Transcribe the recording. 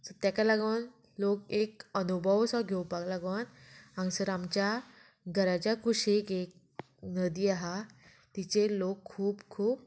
so तेका लागोन लोक एक अनुभव असो घेवपाक लागोन हांगसर आमच्या घराच्या कुशीक एक नदी आहा तिचेर लोक खूब खूब